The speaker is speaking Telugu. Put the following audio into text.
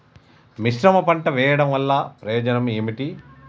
మిశ్రమ పంట వెయ్యడం వల్ల ప్రయోజనం ఏమిటి?